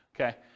okay